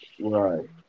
right